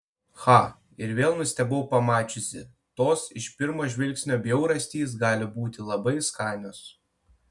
cha ir vėl nustebau pamačiusi tos iš pirmo žvilgsnio bjaurastys gali būti labai skanios